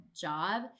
job